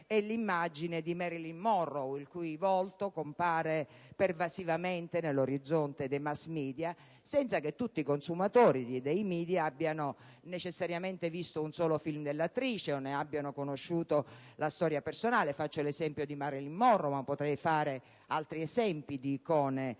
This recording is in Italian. è l'immagine di Marilyn Monroe, il cui volto compare pervasivamente nell'orizzonte dei *mass media* senza che tutti i consumatori dei *media* abbiamo necessariamente visto un solo film dell'attrice o ne abbiamo conosciuto la storia personale. Faccio questo esempio, ma potrei fare altri esempi di icone *pop*.